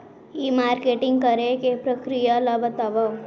ई marketing करे के प्रक्रिया ला बतावव?